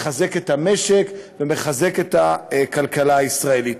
מחזק את המשק ומחזק את הכלכלה הישראלית.